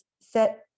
set